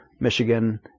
michigan